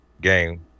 game